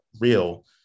real